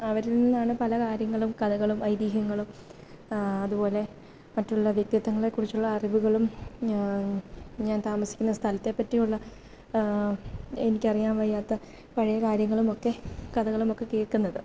അവരിൽനിന്നാണ് പല കാര്യങ്ങളും കഥകളും ഐതിഹ്യങ്ങളും അതുപോലെ മറ്റുള്ള വ്യക്തിത്വങ്ങളെ കുറിച്ചുള്ള അറിവുകളും ഞാൻ താമസിക്കുന്ന സ്ഥലത്തെ പറ്റിയുള്ള എനിക്ക് അറിയാൻ വയ്യാത്ത പഴയ കാര്യങ്ങളുമൊക്കെ കഥകളുമൊക്കെ കേൾക്കുന്നത്